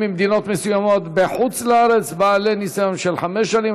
ממדינות מסוימות בחוץ לארץ בעלי ניסיון של חמש שנים),